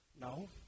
No